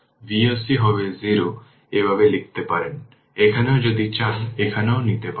যদি এটা এখানেও পেতে চান এটা তৈরি করতে পারেন ঘড়ির কাঁটার দিকে নিতে পারেন বা কাঁটার বিপরীত দিকে এটা কোন ব্যাপার না